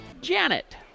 janet